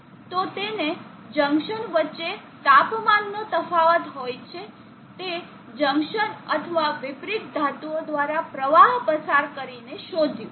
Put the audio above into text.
તો તેણે જંકશન વચ્ચે તાપમાનનો તફાવત હોય છે તે જંકશન અથવા વિપરીત ધાતુઓ દ્વારા પ્રવાહ પસાર કરીને શોધ્યું